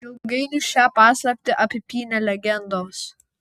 ilgainiui šią paslaptį apipynė legendos